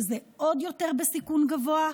שזה עוד יותר בסיכון גבוה,